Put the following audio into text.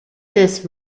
this